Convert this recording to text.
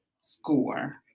score